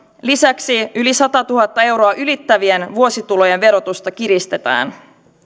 lisäksi yli satatuhatta euroa ylittävien vuositulojen verotusta kiristetään